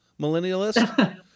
millennialist